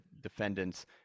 defendants